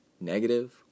negative